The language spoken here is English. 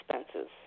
expenses